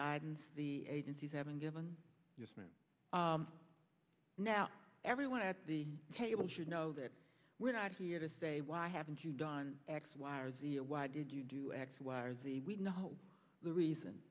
guidance the agencies haven't given you spent now everyone at the table should know that we're not here to say why haven't you done x y or z or why did you do x y or z we know the reason